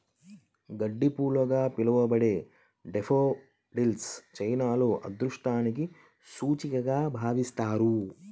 గడ్డిపూలుగా పిలవబడే డాఫోడిల్స్ చైనాలో అదృష్టానికి సూచికగా భావిస్తారు